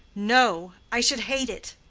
no i should hate it!